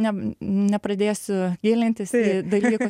ne nepradėsiu gilintis į dalykus